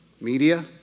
media